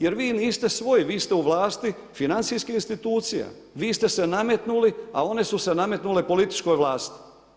Jer vi niste svoji, vi ste u vlasti financijskih institucija, vi ste se nametnuli a one su nametnuli političkoj vlasti.